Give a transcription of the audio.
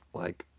like,